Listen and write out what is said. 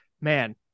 man